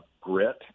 grit